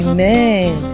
Amen